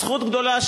זכות גדולה,